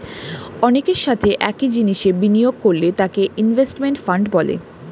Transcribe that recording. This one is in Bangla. অনেকের সাথে একই জিনিসে বিনিয়োগ করলে তাকে ইনভেস্টমেন্ট ফান্ড বলে